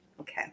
okay